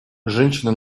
женщины